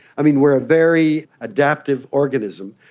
i mean, we are a very adaptive organism.